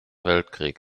weltkrieg